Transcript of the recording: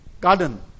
garden